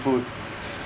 food